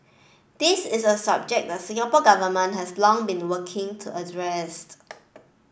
this is a subject the Singapore Government has long been working to addressed